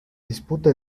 disputa